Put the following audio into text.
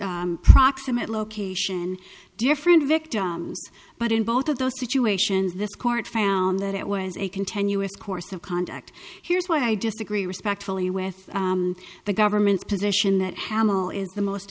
a proximate location different victims but in both of those situations this court found that it was a continuous course of conduct here's where i disagree respectfully with the government's position that hamil is the most